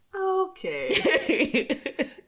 Okay